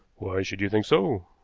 why should you think so?